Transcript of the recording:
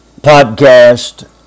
Podcast